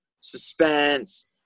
Suspense